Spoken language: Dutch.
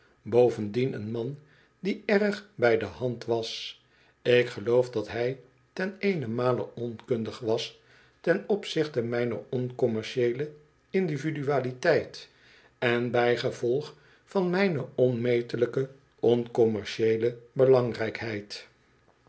een man die erg bij de hand was ik geloof dat hij ten eenenmaie onkundig was ten opzichte mijner oncommercieele individualiteit en bijgevolg van mijne onmetelijke oncommercieele belangrijkheid